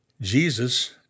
Jesus